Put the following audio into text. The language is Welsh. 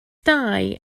dau